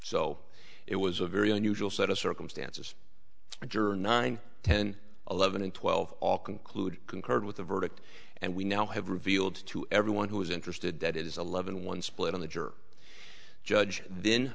so it was a very unusual set of circumstances juror nine ten eleven twelve all conclude concurred with the verdict and we now have revealed to everyone who was interested that it is eleven one split on the juror judge then